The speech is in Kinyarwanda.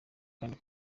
kandi